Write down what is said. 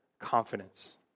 confidence